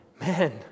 man